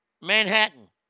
Manhattan